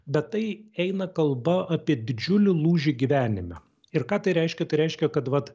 bet tai eina kalba apie didžiulį lūžį gyvenime ir ką tai reiškia tai reiškia kad vat